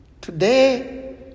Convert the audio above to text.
Today